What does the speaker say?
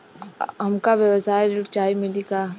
हमका व्यवसाय ऋण चाही मिली का?